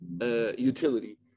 utility